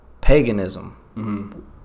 Paganism